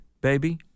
baby